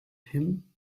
him